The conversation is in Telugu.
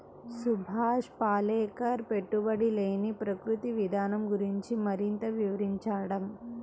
సుభాష్ పాలేకర్ పెట్టుబడి లేని ప్రకృతి విధానం గురించి మరింత వివరించండి